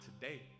today